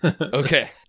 Okay